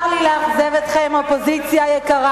צר לי לאכזב אתכם, אופוזיציה יקרה.